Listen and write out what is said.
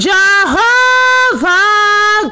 Jehovah